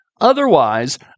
Otherwise